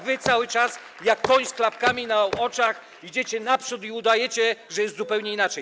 Wy cały czas jak koń z klapkami na oczach idziecie naprzód i udajecie, że jest zupełnie inaczej.